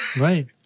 Right